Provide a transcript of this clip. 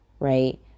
Right